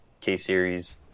K-series